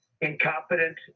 incompetent